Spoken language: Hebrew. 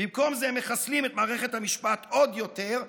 במקום זה מחסלים את מערכת המשפט עוד יותר,